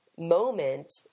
moment